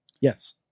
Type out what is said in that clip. yes